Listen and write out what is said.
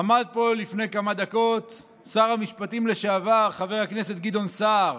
עמד פה לפני כמה דקות שר המשפטים לשעבר חבר הכנסת גדעון סער